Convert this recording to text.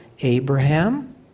Abraham